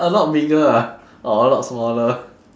a lot bigger ah or a lot smaller